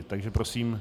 Takže prosím.